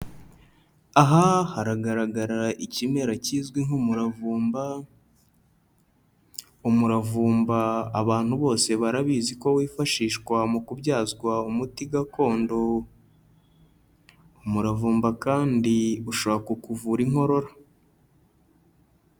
Aha haragaragara ikimera kizwi nk'umuravumba, umuravumba abantu bose barabizi ko wifashishwa mu kubyazwa umuti gakondo, umuravumba kandi ushobora ku kuvura inkorora.